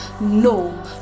no